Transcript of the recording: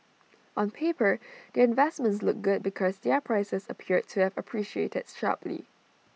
on paper their investments look good because their prices appeared to have appreciated sharply